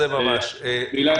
חבר'ה,